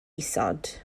isod